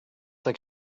like